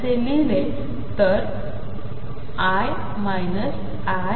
असेलिहलेतर